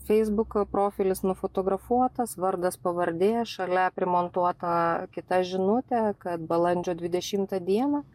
facebook profilis nufotografuotas vardas pavardė šalia primontuota kita žinutė kad balandžio dvidešimtą dieną